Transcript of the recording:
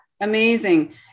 Amazing